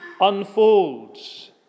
Unfolds